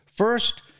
First